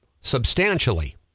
substantially